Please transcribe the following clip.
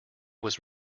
was